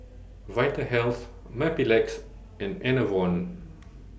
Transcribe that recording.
Vitahealth Mepilex and Enervon